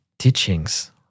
Teachings